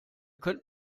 könnt